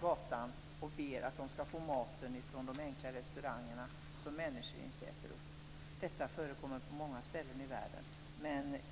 gatan och ber om den mat från enkla restauranger som människor inte äter upp. Detta förekommer på många ställen i världen.